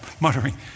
muttering